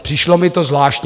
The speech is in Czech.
Přišlo mi to zvláštní.